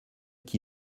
qui